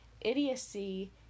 idiocy